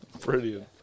Brilliant